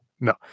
no